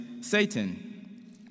Satan